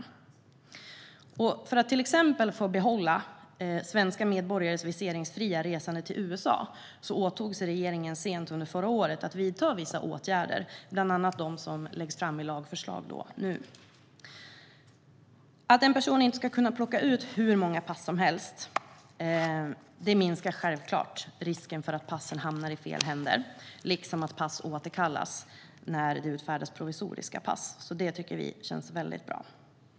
För att till exempel få behålla svenska medborgares viseringsfria resande till USA åtog sig regeringen sent under förra året att vidta vissa åtgärder, bland annat de som läggs fram i lagförslag nu. Att en person inte ska kunna plocka ut hur många pass som helst minskar självklart risken för att passen hamnar i fel händer, liksom att pass återkallas när det utfärdas provisoriska pass. Det tycker vi känns väldigt bra.